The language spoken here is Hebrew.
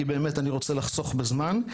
כי באמת אני רוצה לחסוך בזמן.